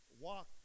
walk